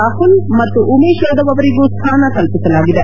ರಾಹುಲ್ ಮತ್ತು ಉಮೇಶ್ ಯಾದವ್ ಅವರಿಗೂ ಸ್ಥಾನ ಕಲ್ಪಿಸಲಾಗಿದೆ